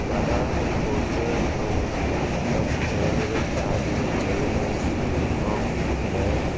ॾाढा कोर्स ऐं सभु अवेलेबल आहिनि हिन कॉलेजनि में जीअं बी कॉम बैफ़